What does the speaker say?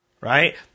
Right